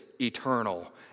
eternal